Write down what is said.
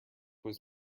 was